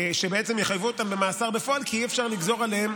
שיחייבו אותם במאסר בפועל, כי אי-אפשר לגזור עליהם